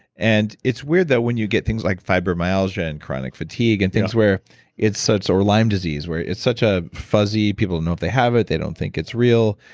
and it's weird though, when you get things like fibromyalgia and chronic fatigue and things where it's such. or lyme disease, where it's such a fuzzy, people don't know if they have it, they don't think it's real.